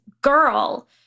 girl